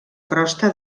crosta